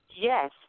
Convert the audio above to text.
yes